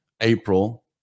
April